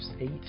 eight